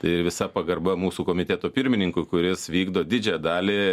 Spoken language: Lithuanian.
ir visa pagarba mūsų komiteto pirmininkui kuris vykdo didžiąją dalį